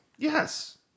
Yes